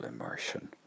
immersion